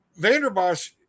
Vanderbosch